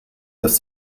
dass